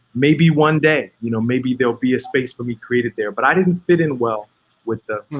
maybe one day, you know, maybe there'll be a space for me created there, but i didn't fit in well with that.